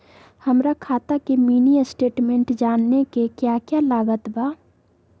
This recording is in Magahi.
हमरा खाता के मिनी स्टेटमेंट जानने के क्या क्या लागत बा?